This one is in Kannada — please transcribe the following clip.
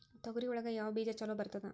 ತೊಗರಿ ಒಳಗ ಯಾವ ಬೇಜ ಛಲೋ ಬರ್ತದ?